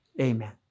Amen